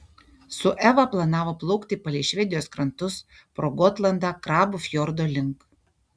su eva planavo plaukti palei švedijos krantus pro gotlandą krabų fjordo link